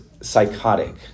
psychotic